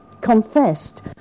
confessed